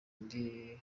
ndi